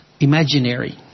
imaginary